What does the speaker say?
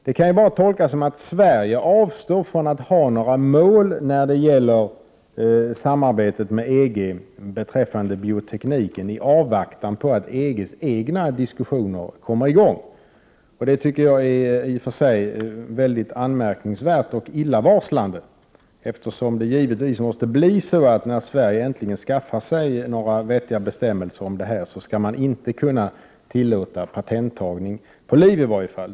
Detta kan bara tolkas som att Sverige avstår från att ha några mål när det gäller samarbetet med EG beträffande biotekniken, i avvaktan på att EG:s egna diskussioner kommer i gång. Det tycker jag är anmärkningsvärt och illavarslande, eftersom Sverige givetvis, när vi äntligen skaffar oss några vettiga bestämmelser om detta, inte skall kunna tillåta att man tar patent på liv.